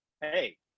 Hey